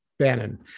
Bannon